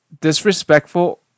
Disrespectful